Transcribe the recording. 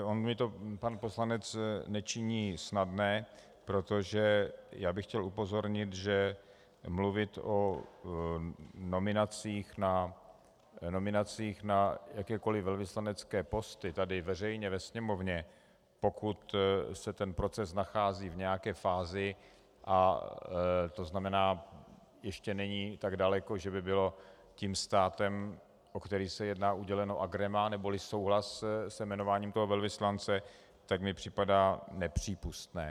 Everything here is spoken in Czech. On mi to pan poslanec nečiní snadné, protože já bych chtěl upozornit, že mluvit o nominacích na jakékoli velvyslanecké posty tady veřejně ve Sněmovně, pokud se ten proces nachází v nějaké fázi, to znamená ještě není tak daleko, že by byl tím státem, o který se jedná, uděleno agreement neboli souhlas se jmenováním toho velvyslance, mi připadá nepřípustné.